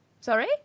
Sorry